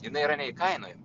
jinai yra neįkainoja